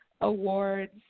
awards